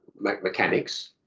mechanics